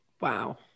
Wow